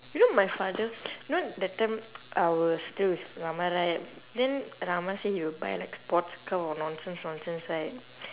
you know my father you know that time I was still with ramah right then ramah say he will buy like sports car or nonsense nonsense right